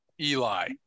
Eli